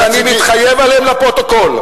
ואני מתחייב עליהם לפרוטוקול.